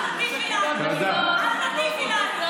בסוף, אל תטיפי לנו, אל תטיפי לנו.